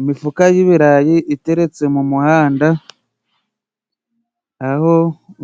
Imifuka y'ibirayi iteretse mu muhanda ,aho